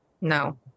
No